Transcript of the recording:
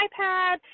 iPad